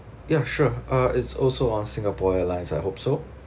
ya sure uh it's also on singapore airlines I hope so